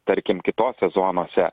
tarkim kitose zonose